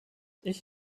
ich